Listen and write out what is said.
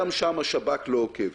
גם שם השב"כ לא עוקב.